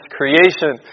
creation